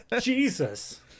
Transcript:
Jesus